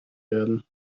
werden